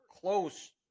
close